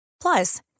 Plus